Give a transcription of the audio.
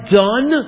done